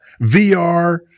VR